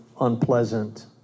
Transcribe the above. unpleasant